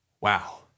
Wow